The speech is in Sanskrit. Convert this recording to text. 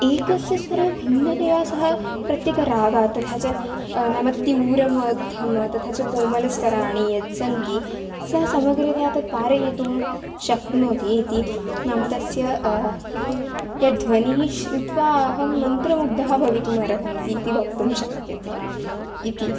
एकस्य स्वरः भिन्नतया सः प्रत्येकरागं तथा च नाम तीव्रमध्यमं तथा च कोमलस्वराणि यत् सन्ति सः समग्रतया तत् पारयितुं शक्नोति इति नाम तस्य यत् ध्वनिं श्रुत्वा अहं मन्त्रमुग्धः भवितुम् अर्हन्ति इति वक्तुं शक्यते इति